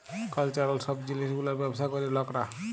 cultural সব জিলিস গুলার ব্যবসা ক্যরে লকরা